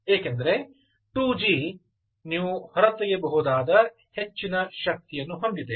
ಏಕೆಂದರೆ 2 G ನೀವು ಹೊರತೆಗೆಯಬಹುದಾದ ಹೆಚ್ಚಿನ ಶಕ್ತಿಯನ್ನು ಹೊಂದಿದೆ